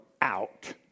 out